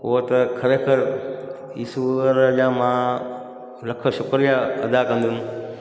उहो त खरेखर ईश्वर जा मां लख शुक्रिया अदा कंदुमि